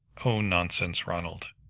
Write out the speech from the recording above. oh, nonsense, ronald!